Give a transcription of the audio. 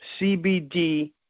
CBD